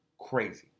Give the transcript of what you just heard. crazy